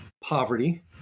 poverty